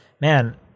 man